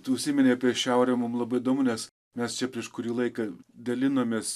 tu užsiminei apie šiaurę mum labai įdomu nes mes čia prieš kurį laiką dalinomės